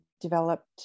developed